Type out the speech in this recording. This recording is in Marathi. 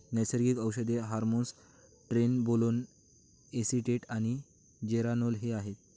नैसर्गिक औषधे हार्मोन्स ट्रेनबोलोन एसीटेट आणि जेरानोल हे आहेत